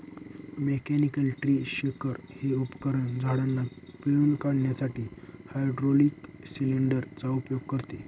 mechanical tree shaker हे उपकरण झाडांना पिळून काढण्यासाठी हायड्रोलिक सिलेंडर चा उपयोग करते